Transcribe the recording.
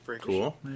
Cool